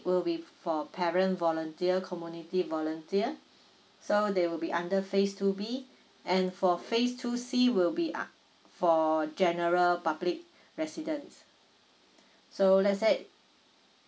will be for parent volunteer community volunteer so they will be under phase two B and for phase two C will be ugh for general public residents so let's say